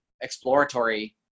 exploratory